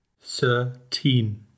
Thirteen